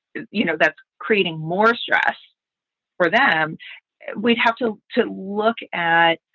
you know, that's creating more stress for them we'd have to to look at.